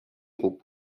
خوب